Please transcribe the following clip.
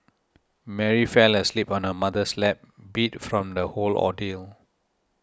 Mary fell asleep on her mother's lap beat from the whole ordeal